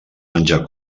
menjar